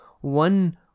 One